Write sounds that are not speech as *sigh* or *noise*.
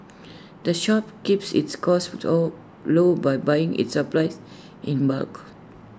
the shop keeps its costs *unintelligible* low by buying its supplies in bulk